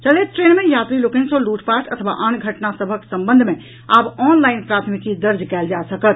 चलैत ट्रेन मे यात्री लोकनि सॅ लूटपाट अथवा आन घटना सभक संबंध मे आब ऑनलाईन प्राथमिकी दर्ज कयल जा सकत